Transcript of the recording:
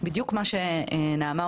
יש הרבה מאוד אנשים